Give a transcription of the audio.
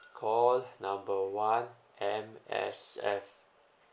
call number one M_S_F